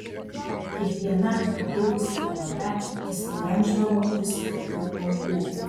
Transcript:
kiekviena prabėgusi valanda pasiglemždavo vis daugiau aukų